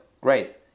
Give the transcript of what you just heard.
Great